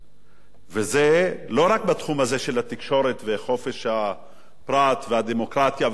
וזה לא רק בתחום הזה של התקשורת וחופש הפרט והדמוקרטיה והשוויון.